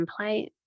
template